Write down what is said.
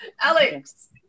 Alex